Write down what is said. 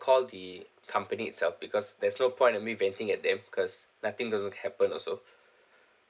call the company itself because there's no point in me venting at them cause nothing will happen also